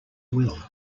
will